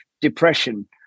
depression